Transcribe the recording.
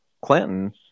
Clinton